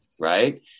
Right